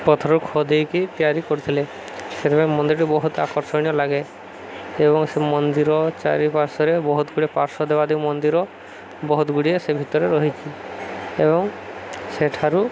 ପଥରରୁ ଖୋଦେଇକି ତିଆରି କରିଥିଲେ ସେଥିପାଇଁ ମନ୍ଦିରଟି ବହୁତ ଆକର୍ଷଣୀୟ ଲାଗେ ଏବଂ ସେ ମନ୍ଦିର ଚାରିପାର୍ଶରେ ବହୁତ ଗୁଡ଼ିଏ ପାର୍ଶ୍ଵ ଦେବାଦେବୀ ମନ୍ଦିର ବହୁତ ଗୁଡ଼ିଏ ସେ ଭିତରେ ରହିଛି ଏବଂ ସେଠାରୁ